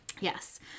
Yes